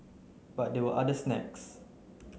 but there were other snags